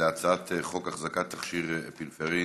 אנחנו עוברים להצעת חוק החזקת תכשיר אפינפרין